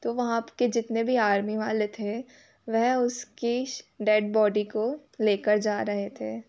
तो वहाँ के जितने भी आर्मी वाले थे वह उसकी डेड बॉडी को लेकर जा रहे थे